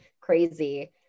crazy